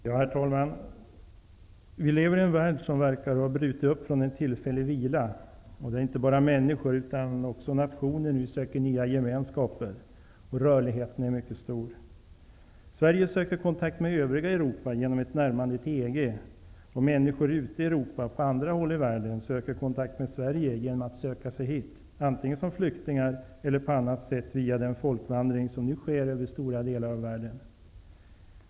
Herr talman! Vi lever i en värld som verkar ha brutit upp från en tillfällig vila. Det är inte bara människor utan också nationer som nu söker nya gemenskaper, och rörligheten är mycket stor. Sverige söker kontakt med övriga Europa genom ett närmande till EG, och människor ute i Europa, och på andra håll i världen, söker kontakt med Sverige. Det sker genom att de söker sig hit som flyktingar, eller på annat sätt, via den folkvandring som nu sker över stora delar av världen.